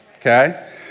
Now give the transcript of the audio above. okay